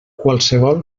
qualsevol